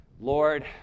Lord